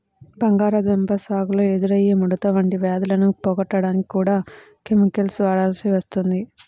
బంగాళాదుంప సాగులో ఎదురయ్యే ముడత వంటి వ్యాధులను పోగొట్టడానికి కూడా కెమికల్స్ వాడాల్సి వస్తుంది